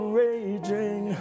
raging